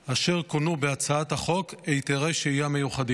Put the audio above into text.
אשר כונו בהצעת החוק "היתרי שהייה מיוחדים".